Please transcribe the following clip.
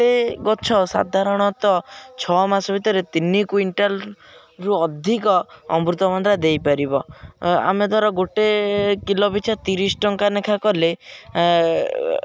ଗୋଟେ ଗଛ ସାଧାରଣତଃ ଛଅ ମାସ ଭିତରେ ତିନି କୁଇଣ୍ଟାଲରୁ ଅଧିକ ଅମୃତଭଣ୍ଡା ଦେଇପାରିବ ଆମେ ଧର ଗୋଟେ କିଲୋ ପିଛା ତିରିଶ ଟଙ୍କା ଲେଖାଁ କଲେ